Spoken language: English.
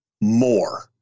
more